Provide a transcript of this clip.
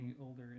older